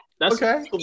Okay